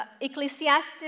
Ecclesiastes